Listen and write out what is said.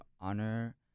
honor